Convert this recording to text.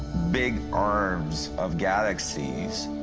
big arms of galaxies,